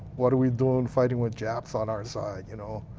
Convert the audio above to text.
what are we doing fighting with japs on our side. you know